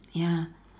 ya